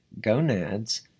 Gonads